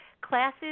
classes